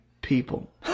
people